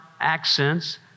accents